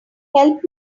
help